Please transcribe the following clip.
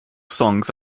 songs